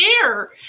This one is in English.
share